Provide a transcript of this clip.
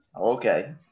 Okay